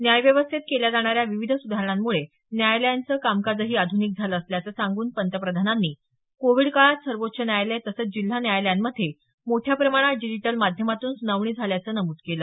न्यायव्यवस्थेत केल्या जाणाऱ्या विविध सुधारणांमुळे न्यायालयांचं कामकाजही आधुनिक झालं असल्याचं सांगून पंतप्रधानांनी कोविड काळात सर्वोच्च न्यायालय तसंच जिल्हा न्यायालयांमध्ये मोठ्या प्रमाणात डिजिटल माध्यमातून सुनावणी झाल्याचं नमूद केलं